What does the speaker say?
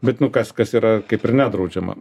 bet nu kas kas yra kaip ir nedraudžiama